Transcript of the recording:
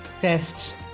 tests